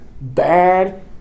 bad